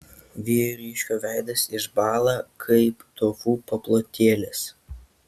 vyriškio veidas išbąla kaip tofu paplotėlis